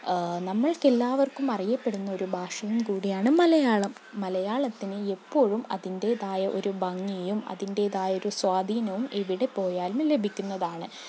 നമ്മൾക്കെല്ലാവർക്കും അറിയപ്പെടുന്ന ഒരു ഭാഷയും കൂടിയാണ് മലയാളം മലയാളത്തിന് എപ്പോഴും അതിൻ്റേതായ ഒരു ഭംഗിയും അതിൻറേതായ ഒരു സ്വാധീനവും ഇവിടെ പോയാലും ലഭിക്കുന്നതാണ്